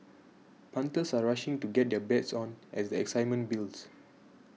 punters are rushing to get their bets on as the excitement builds